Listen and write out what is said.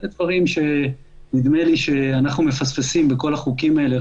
אלה דברים שנדמה לי שאנחנו מפספסים בכל החוקים האלה.